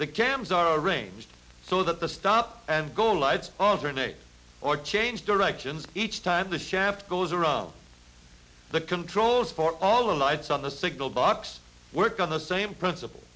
the cams are arranged so that the stop and go lights alternate or change direction each time the shaft goes around the controls for all lights on the signal box work on the same principle